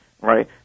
right